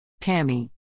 Tammy